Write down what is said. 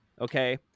okay